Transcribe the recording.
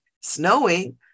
snowing